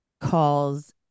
calls